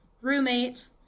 roommate